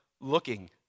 looking